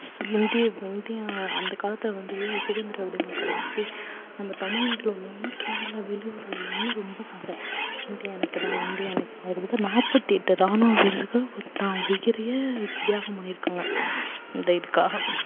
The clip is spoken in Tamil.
சு இந்திய இந்தியா அந்த காலத்தில் வந்து சுதந்திரம் எப்படிமா கிடச்சுச்சி நம்ம தமிழ்நாட்ல உள்ளவங்களும் கேரளா வெளியூர்ல உள்ளவங்களும் ரொம்ப சண்டை இந்தியா எனக்கு தான் இந்தியா எனக்கு தான் கிட்டத்தட்ட நாற்பத்தி எட்டு ராணுவ வீரர்கள் தான் உயிரையே தியாகம் பண்ணியிருக்காங்க இந்த இதுக்காக